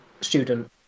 student